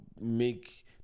make